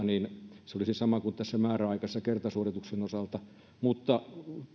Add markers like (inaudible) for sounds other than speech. (unintelligible) niin että se olisi sama kuin määräaikaisen kertasuorituksen osalta mutta